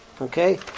Okay